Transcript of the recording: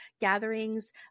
gatherings